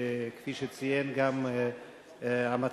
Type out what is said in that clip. כפי שציין גם המציע,